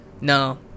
no